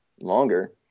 longer